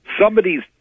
somebody's